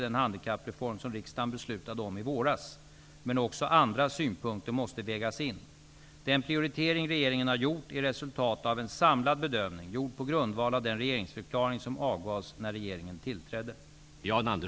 Det finns tydligen nu enligt regeringen ett statsfinansiellt utrymme. Varför anser regeringen att ett vårdnadsbidrag är viktigare att införa än en sysselsättningsgaranti för personer med svåra funktionsnedsättningar?